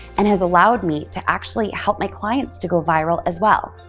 and has allowed me to actually help my clients to go viral as well.